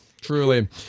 Truly